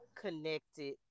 connected